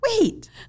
Wait